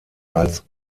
als